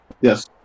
yes